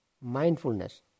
mindfulness